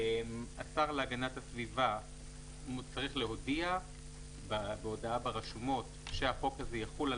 השר להגנת הסביבה צריך להודיע בהודעה ברשומות שהחוק הזה יחול על